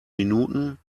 minuten